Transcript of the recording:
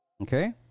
Okay